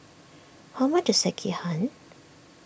how much is Sekihan